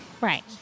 Right